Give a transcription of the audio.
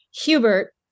Hubert